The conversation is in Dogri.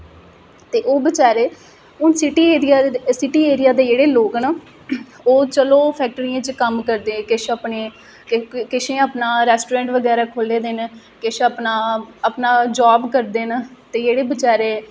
ते ओह् बचैरे हून सिटी एरिया दे जेह्ड़े लोग न ओह् चलो फैक्ट्रियें च कम्म करदे किश अपने किशें अपना रेस्टोरेंट बगैरा खो'ल्ले दे न किश अपना जॉब करदे न ते जेह्ड़े बचैरे